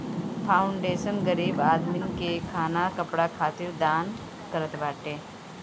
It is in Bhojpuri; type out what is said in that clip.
फाउंडेशन गरीब आदमीन के खाना कपड़ा खातिर दान करत बाटे